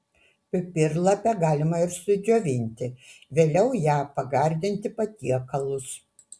pipirlapę galima ir sudžiovinti vėliau ja pagardinti patiekalus